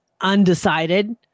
undecided